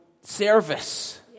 service